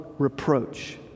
Reproach